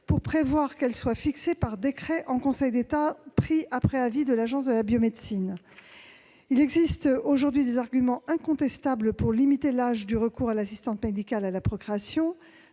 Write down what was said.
de prévoir que ces limites soient fixées par décret en Conseil d'État, après avis de l'Agence de la biomédecine. Il existe aujourd'hui des arguments incontestables pour limiter l'âge du recours à l'assistance médicale à la procréation,